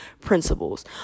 principles